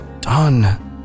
done